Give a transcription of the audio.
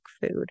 food